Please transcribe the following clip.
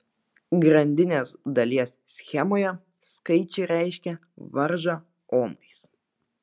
grandinės dalies schemoje skaičiai reiškia varžą omais